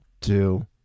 two